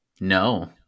no